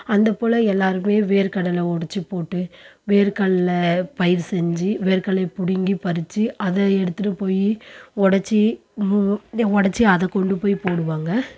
அந்தபோல எல்லோருமே வேர்கடலை உடச்சி போட்டு வேர்கடலை பயிர் செஞ்சு வேர்கடலையை பிடுங்கி பறிச்சு அதை எடுத்துகிட்டு போய் உடச்சி உடச்சி அதை கொண்டு போய் போடுவாங்க